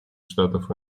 штатов